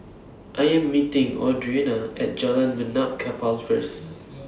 I Am meeting Audrina At Jalan Benaan Kapal First